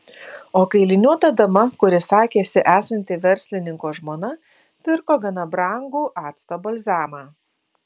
o kailiniuota dama kuri sakėsi esanti verslininko žmona pirko gana brangų acto balzamą